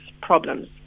problems